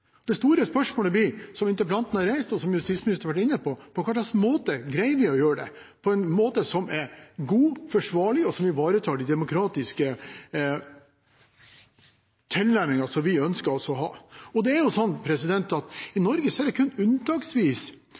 Det store spørsmålet blir – som interpellanten har reist, og som justisministeren har vært inne på: Hvordan greier vi å gjøre det på en måte som er god, forsvarlig og som ivaretar de demokratiske tilnærminger som vi ønsker å ha? Det er jo sånn at i Norge straffer vi kun unntaksvis ting som ikke er gjennomført. Det